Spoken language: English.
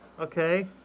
Okay